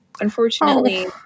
Unfortunately